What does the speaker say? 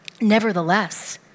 nevertheless